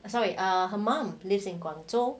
sorry her mom lives in guangzhou